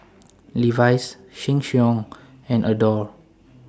Levi's Sheng Siong and Adore